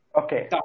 Okay